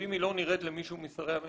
ואם היא לא נראית למישהו משרי הממשלה